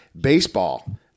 baseball